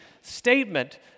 statement